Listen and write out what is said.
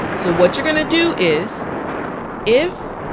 so what you're gonna do is if